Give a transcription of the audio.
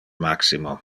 maximo